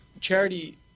charity